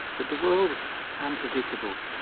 but the world is unpredictable,